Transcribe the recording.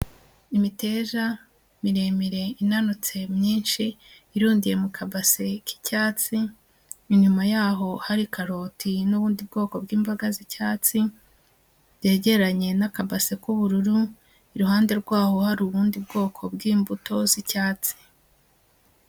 Imiteja miremire inanutse myinshi irundiye mu kabase k'icyatsi inyuma yaho hari karoti n'ubundi bwoko bw'imboga z'icyatsi byegeranye n'akabase k'ubururu iruhande rwaho hari ubundi bwoko bw'imbuto z'icyatsi.